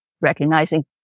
recognizing